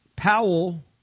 Powell